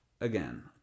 again